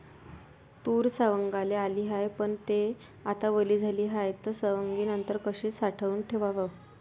तूर सवंगाले आली हाये, पन थे आता वली झाली हाये, त सवंगनीनंतर कशी साठवून ठेवाव?